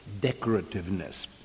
decorativeness